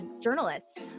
journalist